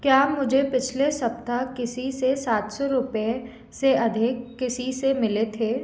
क्या मुझे पिछले सप्ताह किसी से सात सौ रुपये से अधिक किसी से मिले थे